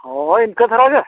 ᱦᱳᱭ ᱤᱱᱠᱟᱹ ᱫᱷᱟᱨᱟ ᱜᱮ